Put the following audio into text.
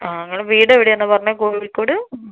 ആ നിങ്ങള വീട് എവിടെ ആണ് പറഞ്ഞത് കോഴിക്കോട്